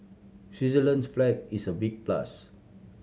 Switzerland's flag is a big plus